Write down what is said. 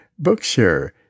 Bookshare